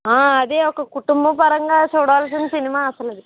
ఆ అదే ఒక కుటుంబ పరంగా చూడాల్సిన సినిమా అస్సలు అది